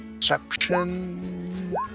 Perception